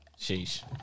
Sheesh